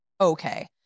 okay